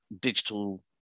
digital